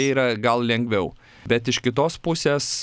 tai yra gal lengviau bet iš kitos pusės